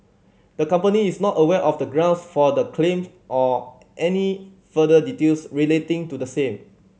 the company is not aware of the grounds for the claim or any further details relating to the same